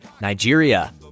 Nigeria